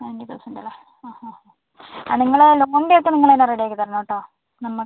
ninety thousand അല്ലേ ആ ഹാ ആ നിങ്ങൾ ലോണിന്റെ ഒക്കെ നിങ്ങൾ തന്നെ റെഡി ആക്കി തരണം കേട്ടോ നമ്മ